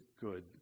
good